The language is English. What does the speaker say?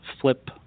flip